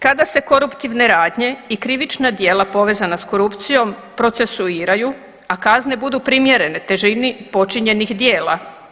Kada se koruptivne radnje i krivična djela povezana s korupcijom procesuiraju, a kazne budu primjerene težini počinjenih djela.